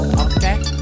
okay